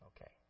Okay